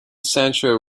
sancho